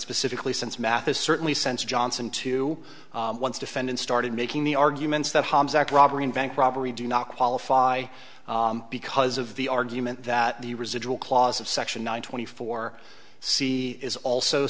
specifically since math is certainly sense jonson to once defendant started making the arguments that hobbs that robbery invent robbery do not qualify because of the argument that the residual clause of section nine twenty four she is also